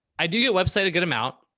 i do get website a good amount.